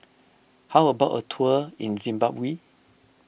how about a tour in Zimbabwe